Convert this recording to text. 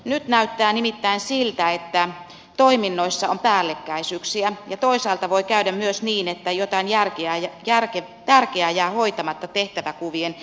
nyt näyttää nimittäin siltä että toiminnoissa on päällekkäisyyksiä ja toisaalta voi käydä myös niin että jotain tärkeää jää hoitamatta tehtäväkuvien epäselvyyksien takia